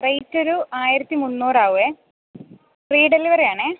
റേയ്റ്റൊരു ആയിരത്തി മുന്നൂറാകും free delivery ആണ്